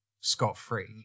scot-free